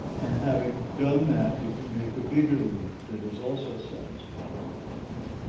and having done that, you can make a bigger leap that is also satisfying, you know,